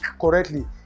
correctly